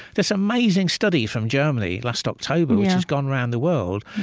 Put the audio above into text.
this amazing study from germany, last october, which has gone around the world,